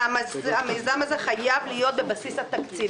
והמיזם הזה חייב להיות בבסיס התקציב,